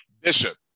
Bishop